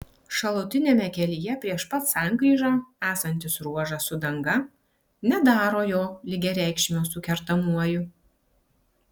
šalutiniame kelyje prieš pat sankryžą esantis ruožas su danga nedaro jo lygiareikšmio su kertamuoju